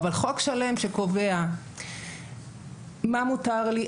אבל חוק שלם שקובע מה מותר לי,